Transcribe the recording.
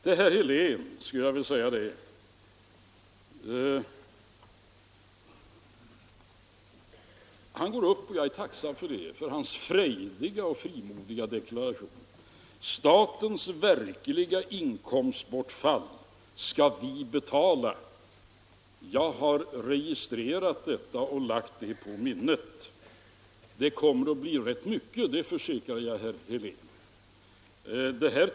Till herr Helén skulle jag vilja säga att jag är tacksam för hans frejdiga och frimodiga deklaration: Statens verkliga inkomstbortfall skall vi betala! Jag har registrerat detta och lagt det på minnet. Det kommer att bli rätt mycket, det försäkrar jag herr Helén.